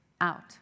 out